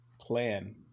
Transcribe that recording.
plan